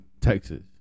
Texas